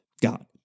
God